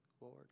Lord